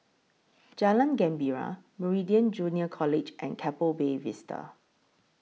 Jalan Gembira Meridian Junior College and Keppel Bay Vista